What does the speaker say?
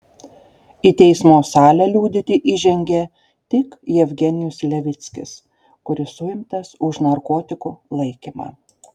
į teismo salę liudyti įžengė tik jevgenijus levickis kuris suimtas už narkotikų laikymą